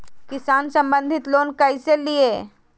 किसान संबंधित लोन कैसै लिये?